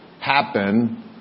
happen